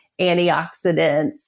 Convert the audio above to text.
antioxidants